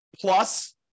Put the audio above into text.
plus